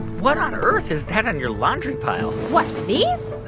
what on earth is that on your laundry pile? what, these? ah.